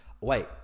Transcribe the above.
Wait